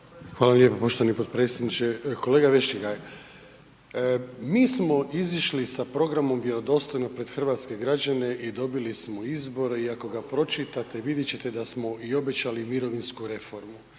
Hvala lijepo poštovani potpredsjedniče. Kolega Vešligaj, mi smo izišli sa programom „Vjerodostojno“ pred hrvatske građane i dobili smo izbore i ako ga pročitate, vidjet ćete da smo i obećali mirovinsku reformu.